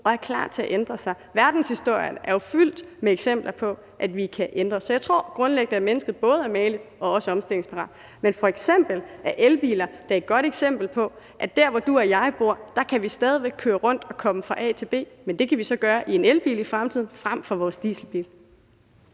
og er klar til at ændre sig. Verdenshistorien er jo fyldt med eksempler på, at vi kan ændre os. Så jeg tror grundlæggende, at mennesket både er mageligt og omstillingsparat. Men elbiler er da et godt eksempel, for der, hvor du og jeg bor, kan vi stadig væk køre rundt og komme fra A til B, men det kan vi i fremtiden så gøre i en elbil frem for i vores dieselbil.